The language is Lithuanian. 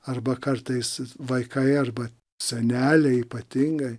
arba kartais vaikai arba seneliai ypatingai